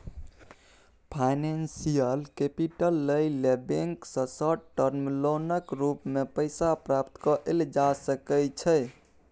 financial capital लइ लेल bank सँ शार्ट टर्म लोनक रूप मे पैसा प्राप्त कएल जा सकइ छै